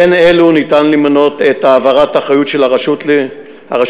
בין אלו ניתן למנות את העברת האחריות של הרשות הלאומית